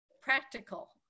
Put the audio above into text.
practical